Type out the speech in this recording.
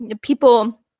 people